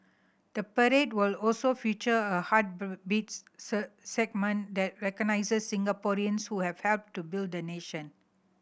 the parade will also feature a segment that recognises Singaporeans who have helped to build the nation